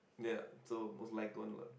ya so most liked one lah